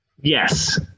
Yes